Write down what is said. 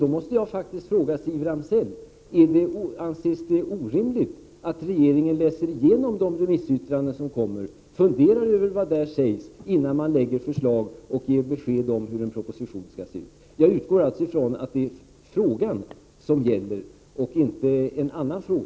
Jag måste fråga Siv Ramsell: Anses det orimligt att regeringen läser igenom de remissyttranden som kommer in och funderar över vad där sägs, innan man lägger fram förslag och ger besked om hur en proposition skall se ut? Jag utgår alltså från att det är den fråga som har ställts som gäller och inte någon annan fråga.